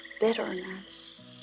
bitterness